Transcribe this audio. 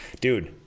Dude